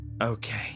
Okay